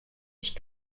ich